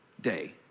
day